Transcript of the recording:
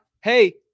hey